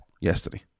yesterday